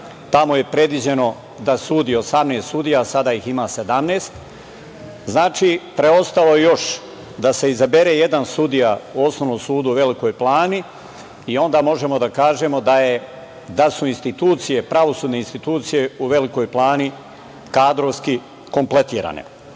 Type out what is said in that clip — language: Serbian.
Tamo je predviđeno da sudi 18 sudija, sada ih ima 17. Znači, preostalo je još da se izabere jedan sudija u Osnovnom sudu u Velikoj Plani i onda možemo da kažemo da su institucije, pravosudne institucije u Velikoj Plani kadrovski kompletirane. To